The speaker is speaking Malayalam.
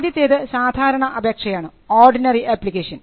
ആദ്യത്തേത് സാധാരണ അപേക്ഷയാണ് ഓർഡിനറി അപ്ലിക്കേഷൻ